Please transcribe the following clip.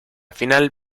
final